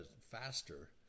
faster